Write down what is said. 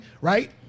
right